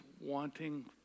wanting